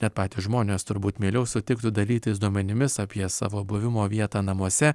net patys žmonės turbūt mieliau sutiktų dalytis duomenimis apie savo buvimo vietą namuose